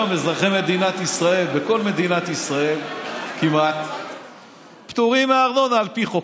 היום אזרחי מדינת ישראל כמעט בכל מדינת ישראל פטורים מארנונה על פי חוק.